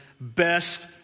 best